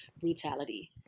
brutality